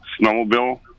snowmobile